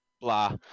blah